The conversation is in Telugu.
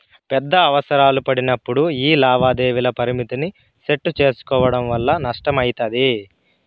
పెద్ద అవసరాలు పడినప్పుడు యీ లావాదేవీల పరిమితిని సెట్టు సేసుకోవడం వల్ల నష్టమయితది